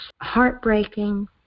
heartbreaking